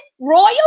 royal